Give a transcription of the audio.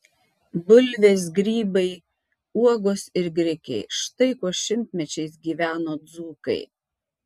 bulvės grybai uogos ir grikiai štai kuo šimtmečiais gyveno dzūkai